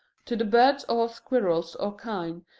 to the birds or squirrels or kine,